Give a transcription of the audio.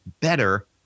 better